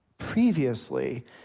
previously